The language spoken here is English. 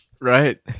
Right